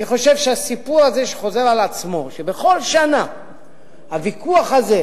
אני חושב שהסיפור הזה שבכל שנה הוויכוח הזה